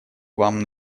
вам